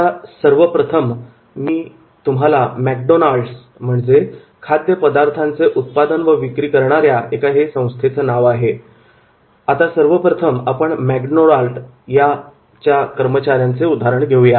आता सर्वप्रथम आपण मॅकडोनाल्ड खाद्य पदार्थांचे उत्पादन व विक्री करणाऱ्या एक संस्थेचे नाव च्या कर्मचाऱ्यांचे उदाहरण घेऊया